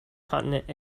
continent